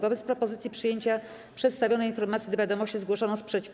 Wobec propozycji przyjęcia przedstawionej informacji do wiadomości zgłoszono sprzeciw.